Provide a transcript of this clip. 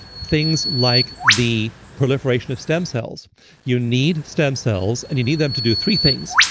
things like the proliferation of stem cells you need stem cells, and you need them to do three things.